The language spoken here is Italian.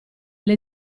alle